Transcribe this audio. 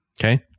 Okay